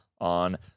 on